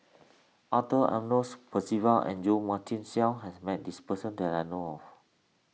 Arthur Ernest Percival and Jo Marion Seow has met this person that I know of